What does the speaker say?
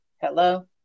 hello